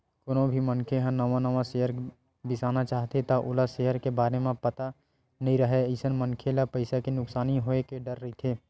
कोनो भी मनखे ह नवा नवा सेयर बिसाना चाहथे त ओला सेयर के बारे म पता नइ राहय अइसन मनखे ल पइसा के नुकसानी होय के डर रहिथे